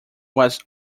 was